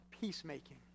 peacemaking